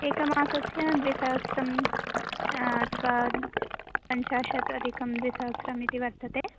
एकमासस्य द्विसहस्रम् अथवा पञ्चाशत् अधिकं द्विसहस्रम् इति वर्तते